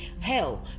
hell